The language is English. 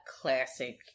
classic